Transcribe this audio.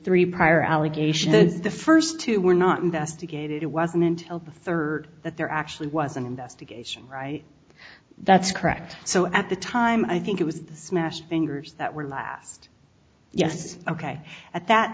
three prior allegation that the first two were not investigated it wasn't until the third that there actually was an investigation right that's correct so at the time i think it was the smash fingers that were last yes ok at that